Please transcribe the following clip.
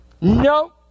No